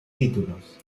títulos